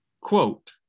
Quote